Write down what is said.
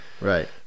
right